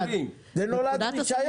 אנחנו בעצם דוגלים בייצוא